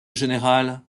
général